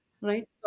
right